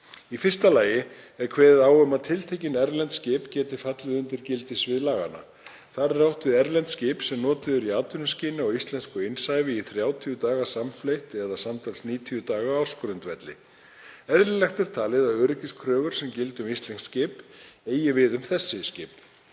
Í fyrsta lagi er kveðið á um að tiltekin erlend skip geti fallið undir gildissvið laganna. Þar er átt við erlend skip sem notuð eru í atvinnuskyni á íslensku innsævi í 30 daga samfleytt eða samtals 90 daga á ársgrundvelli. Eðlilegt er talið að öryggiskröfur sem gilda um íslensk skip eigi við um þau skip.